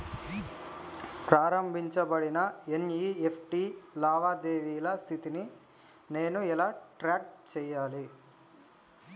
ప్రారంభించబడిన ఎన్.ఇ.ఎఫ్.టి లావాదేవీల స్థితిని నేను ఎలా ట్రాక్ చేయాలి?